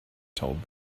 told